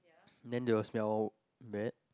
then they will smell bad